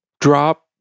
drop